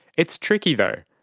it's tricky, though.